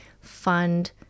fund